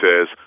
says